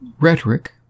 Rhetoric